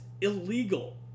illegal